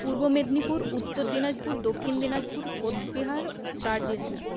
Purba Medinipur Uttar Dinajpur Dakshin Dinajpur Cooch Behar Darjeeling